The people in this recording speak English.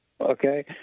okay